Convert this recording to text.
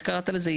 איך קראת לזה?